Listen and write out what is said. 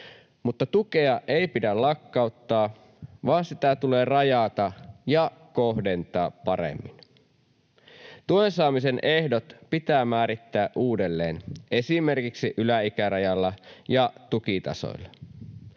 mutta tukea ei pidä lakkauttaa, vaan sitä tulee rajata ja kohdentaa paremmin. Tuen saamisen ehdot pitää määrittää uudelleen, esimerkiksi yläikärajalla ja tukitasoilla.